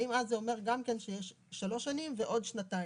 האם אז זה אומר גם כן שיש שלוש שנים ועוד שנתיים.